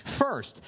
first